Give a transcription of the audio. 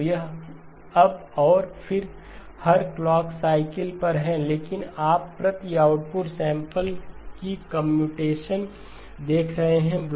तो यह अब और फिर हर क्लॉक साइकिल पर है लेकिन आप प्रति आउटपुट सैंपल कीकम्प्यूटेशन देख रहे हैं